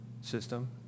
system